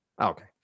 Okay